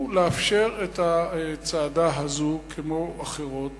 הוא לאפשר את הצעדה הזו כמו אחרות